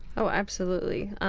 oh, absolutely.